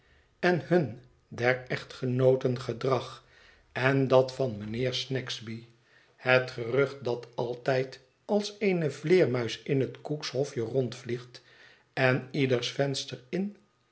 en hun der echtgenooten gedrag en dat van mijnheer snagsby het gerucht dat altijd als eene vleermuis in het cook's hofje rondvliegt en ieders vensters inen